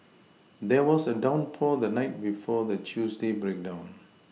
there was a downpour the night before the Tuesday breakdown